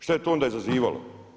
Šta je to onda izazivalo.